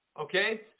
Okay